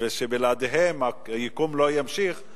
ובלעדיהן היקום לא ימשיך,